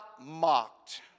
mocked